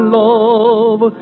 love